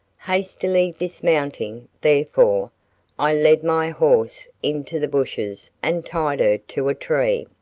hastily dismounting, therefore, i led my horse into the bushes and tied her to a tree,